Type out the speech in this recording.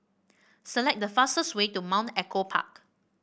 select the fastest way to Mount Echo Park